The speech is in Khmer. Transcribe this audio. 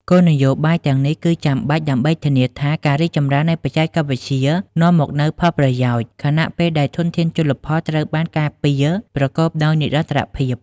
គោលនយោបាយទាំងនេះគឺចាំបាច់ដើម្បីធានាថាការរីកចម្រើននៃបច្ចេកវិទ្យានាំមកនូវផលប្រយោជន៍ ខណៈពេលដែលធនធានជលផលត្រូវបានការពារប្រកបដោយនិរន្តរភាព។